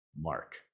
mark